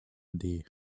day